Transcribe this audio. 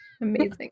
Amazing